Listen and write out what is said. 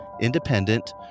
independent